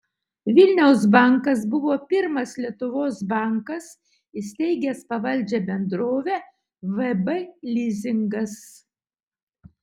vilniaus bankas buvo pirmas lietuvos bankas įsteigęs pavaldžią bendrovę vb lizingas